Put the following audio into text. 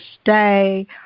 stay